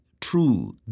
true